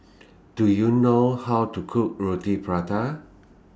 Do YOU know How to Cook Roti Prata